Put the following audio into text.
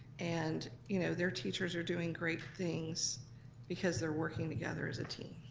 and you know their teachers are doing great things because they're working together as a team.